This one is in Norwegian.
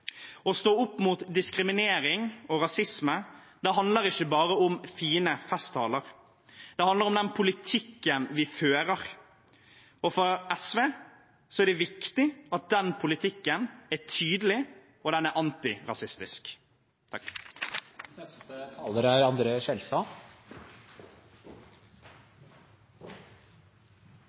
Å stå opp mot diskriminering og rasisme handler ikke bare om fine festtaler, det handler om den politikken vi fører. For SV er det viktig at den politikken er tydelig, og at den er antirasistisk.